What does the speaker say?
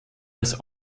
als